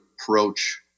approach